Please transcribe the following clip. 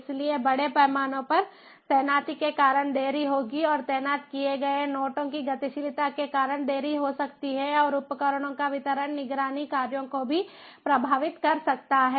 इसलिए बड़े पैमाने पर तैनाती के कारण देरी होगी और तैनात किए गए नोटों की गतिशीलता के कारण देरी हो सकती है और उपकरणों का वितरण निगरानी कार्यों को भी प्रभावित कर सकता है